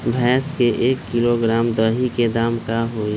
भैस के एक किलोग्राम दही के दाम का होई?